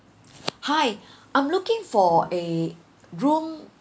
hi I'm looking for a room